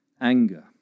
anger